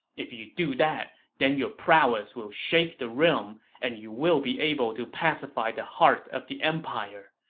if you do that, then your prowess will shake the realm and you will be able to pacify the heart of the empire.